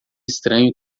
estranho